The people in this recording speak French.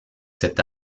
cet